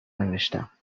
نوشتهام